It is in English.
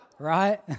right